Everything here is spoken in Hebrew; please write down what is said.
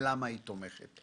למה היא תומכת.